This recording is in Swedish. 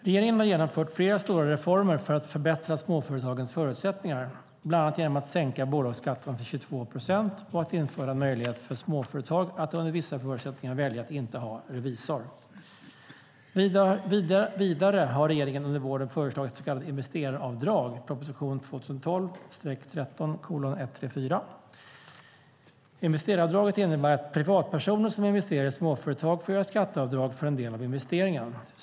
Regeringen har genomfört flera stora reformer för att förbättra småföretagens förutsättningar, bland annat genom att sänka bolagsskatten till 22 procent och införa en möjlighet för småföretag att under vissa förutsättningar välja att inte ha revisor. Vidare har regeringen under våren föreslagit ett så kallat investeraravdrag . Investeraravdraget innebär att privatpersoner som investerar i småföretag får göra skatteavdrag för en del av investeringen.